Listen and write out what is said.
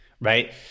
Right